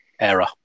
Error